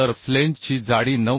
तर फ्लेंजची जाडी 9